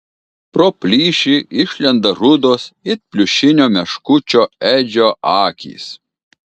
pro plyšį išlenda rudos it pliušinio meškučio edžio akys